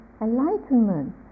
enlightenment